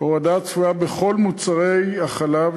הורדה צפויה בכל מוצרי החלב,